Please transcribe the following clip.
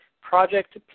Project